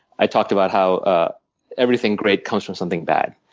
i talked about how ah everything great comes from something bad.